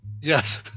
Yes